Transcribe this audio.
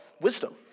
wisdom